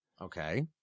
okay